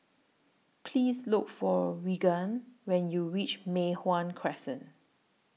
Please Look For Regan when YOU REACH Mei Hwan Crescent